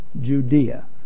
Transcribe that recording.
Judea